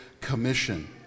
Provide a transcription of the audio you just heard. Commission